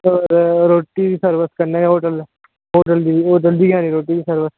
होर रोटी दी सर्विस कन्नै होटल होटल दी होटल दी गै आनी रोटी दी सर्विस